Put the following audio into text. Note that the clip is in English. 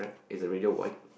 is the radio white